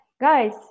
guys